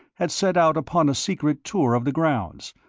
had set out upon a secret tour of the grounds,